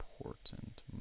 important